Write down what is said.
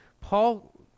Paul